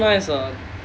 so nice ah